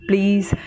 Please